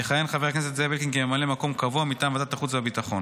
יכהן חבר הכנסת זאב אלקין כממלא מקום קבוע מטעם ועדת החוץ והביטחון.